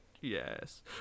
yes